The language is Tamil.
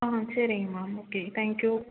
ஆ சரிங்க மேம் ஓகே தேங்க் யூ